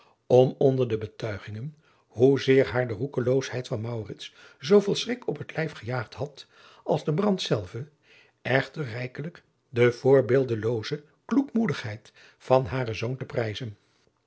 om onder de betuigingen hoe zeer haar de roekeloosheid van maurits zooveel schrik op het lijf gejaagd had als de brand zelve echter rijkelijk de voorbeeldelooze kloekmoedigheid van haren zoon te prijzen